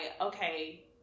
okay